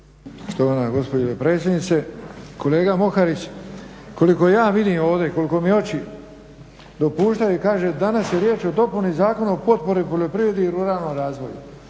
Štovana gospođo predsjednice, kolega Moharić. Koliko ja vidim ovdje koliko mi oči dopuštaju, kaže danas je riječ o dopuni Zakona o potpori poljoprivredi i ruralnom razvoju.